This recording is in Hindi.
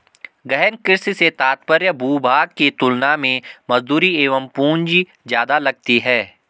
गहन कृषि से तात्पर्य भूभाग की तुलना में मजदूरी एवं पूंजी ज्यादा लगती है